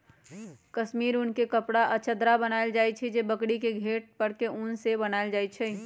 कस्मिर उन के कपड़ा आ चदरा बनायल जाइ छइ जे बकरी के घेट पर के उन से बनाएल जाइ छइ